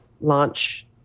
launch